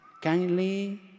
kindly